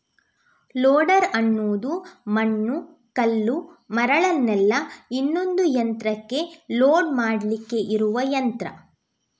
loader ಅನ್ನುದು ಮಣ್ಣು, ಕಲ್ಲು, ಮರಳನ್ನೆಲ್ಲ ಇನ್ನೊಂದು ಯಂತ್ರಕ್ಕೆ ಲೋಡ್ ಮಾಡ್ಲಿಕ್ಕೆ ಇರುವ ಯಂತ್ರ